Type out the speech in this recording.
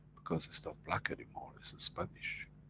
because it's not black anymore, it's and spanish,